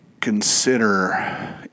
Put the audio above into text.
consider